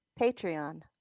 Patreon